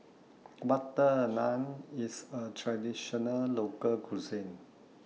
Butter Naan IS A Traditional Local Cuisine